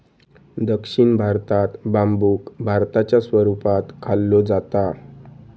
दक्षिण भारतात बांबुक भाताच्या स्वरूपात खाल्लो जाता